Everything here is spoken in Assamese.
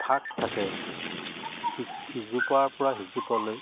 ভাগ থাকে ইজোপাৰ পৰা সিজোপালৈ